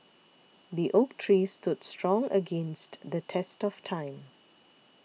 the oak tree stood strong against the test of time